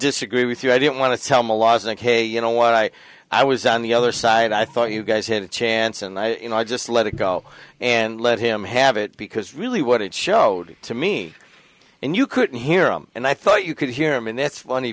disagree with you i didn't want to tell milan and hey you know what i i was on the other side i thought you guys had a chance and i you know i just let it go and let him have it because really what it showed to me and you couldn't hear him and i thought you could hear him and it's funny